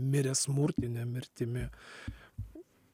mirę smurtine mirtimi